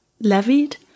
levied